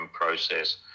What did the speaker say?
process